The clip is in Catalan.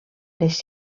les